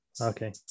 okay